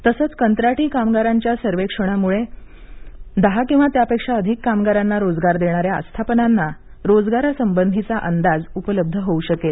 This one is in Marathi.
तसंच कंत्राटी कामगारांच्या सर्वेक्षणामुळे दहा किंवा त्यापेक्षा अधिक कामगारांना रोजगार देणाऱ्या आस्थापनांना रोजगारासबंधी अंदाज उपलब्ध होऊ शकेल